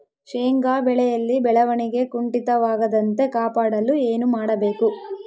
ಶೇಂಗಾ ಬೆಳೆಯಲ್ಲಿ ಬೆಳವಣಿಗೆ ಕುಂಠಿತವಾಗದಂತೆ ಕಾಪಾಡಲು ಏನು ಮಾಡಬೇಕು?